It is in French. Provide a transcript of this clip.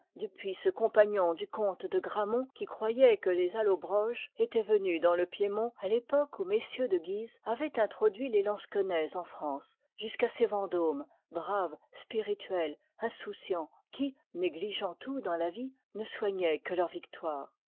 depuis ce compagnon du comte de grammont qui croyoit que les auobroges étoient venus dans lepiémont à l'époque où mm de guise avoient introduit les lansquenets en france jusqu'à ces vendômes braves spirituels insoucians qui négligeant tout dans la vie ne soignoient que leurs victoires